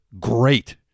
Great